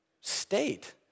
state